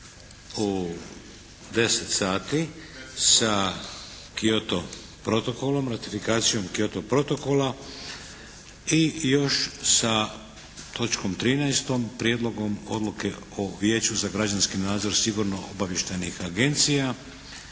u 10 sati sa Kyoto protokolom, ratifikacijom Kyoto protokola i još sa točkom 13. Prijedlogom odluke o Vijeću za građanski nadzor sigurnosno-obavještajnih agencija